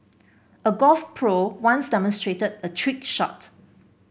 a golf pro once demonstrated a trick shot